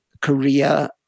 Korea